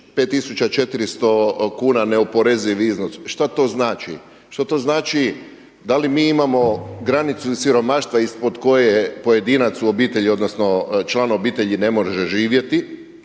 5400 kuna neoporezivi iznos. Šta to znači? Što to znači da li mi imamo granicu siromaštva ispod koje pojedinac u obitelji, odnosno član obitelji ne može živjeti,